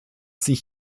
sich